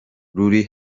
ruri